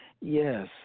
Yes